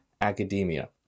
academia